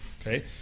okay